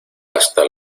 hasta